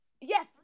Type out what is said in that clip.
Yes